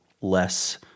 less